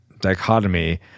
dichotomy